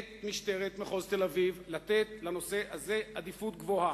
את משטרת מחוז תל-אביב לתת לנושא הזה עדיפות גבוהה,